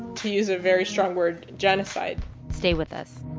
to use a very strong word genocide stay with us